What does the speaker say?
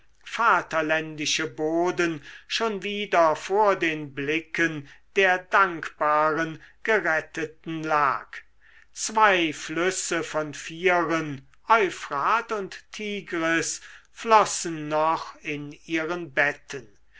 vaterländische boden schon wieder vor den blicken der dankbaren geretteten lag zwei flüsse von vieren euphrat und tigris flossen noch in ihren betten